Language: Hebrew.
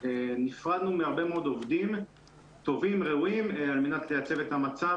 נפרדנו מהרבה מאוד עובדים טובים וראויים על מנת לייצב את המצב.